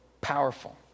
powerful